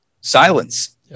Silence